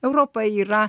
europa yra